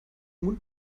mund